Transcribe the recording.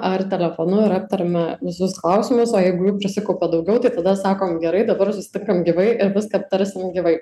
ar telefonu ir aptariame visus klausimus o jeigu jų prisikaupia daugiau tai tada sakom gerai dabar susitinkam gyvai ir viską aptarsim gyvai